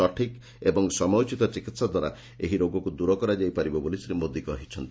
ସଠିକ୍ ଏବଂ ସମୟୋଚିତ ଚିକିହାଦ୍ୱାରା ଏହି ରୋଗକୁ ଦ୍ଦର କରାଯାଇପାରିବ ବୋଲି ଶ୍ରୀ ମୋଦି କହିଛନ୍ତି